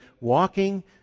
walking